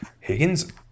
Higgins